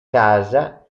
casa